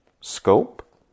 Scope